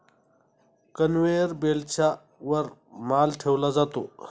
conveyor बेल्टच्या वर माल ठेवला जातो